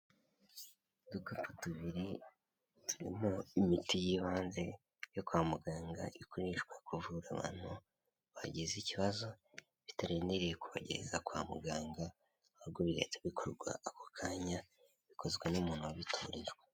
Udukapu tubiri turimo imiti y'ibanze yo kwa muganga ikoreshwa kuvura abantu bagize ikibazo bitarindiye kubageza kwa muganga ahubwo bigahita bikorwa ako kanya bikozwe n'umuntu wabitorejwe.